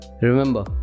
Remember